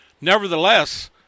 Nevertheless